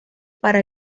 para